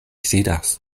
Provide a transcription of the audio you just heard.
sidas